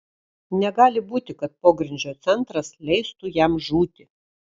negali būti kad pogrindžio centras leistų jam žūti